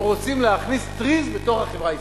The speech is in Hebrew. רוצים להכניס טריז בתוך החברה הישראלית.